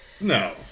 No